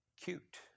cute